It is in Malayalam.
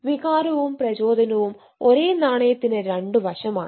വികാരവും പ്രചോദനവും ഒരേ നാണയത്തിന്റെ രണ്ടു വശമാണ്